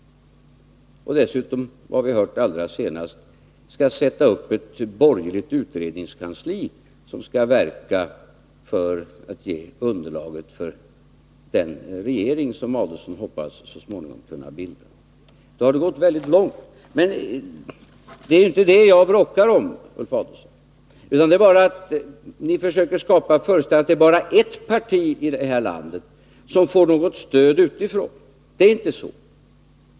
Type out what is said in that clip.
Dessutom, har vi hört allra senast, skall man sätta upp ett borgerligt utredningskansli som skall ge underlaget för den regering som Ulf Adelsohn hoppas så småningom kunna bilda. Då har det gått väldigt långt. Det är emellertid inte det jag bråkar om, Ulf Adelsohn. Men ni försöker komstbeskattskapa föreställningen att det bara är ett parti i det här landet som får något ningen för fackstöd utifrån. Det är inte så.